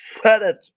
credit